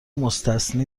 مستثنی